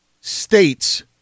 states